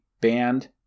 band